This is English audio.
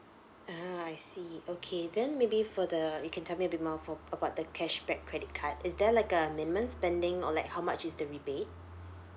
ah I see okay then maybe for the you can tell me a bit more for about the cashback credit card is there like a minimum spending or like how much is the rebate